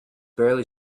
barely